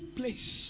place